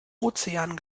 ozean